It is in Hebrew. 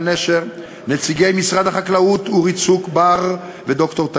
אז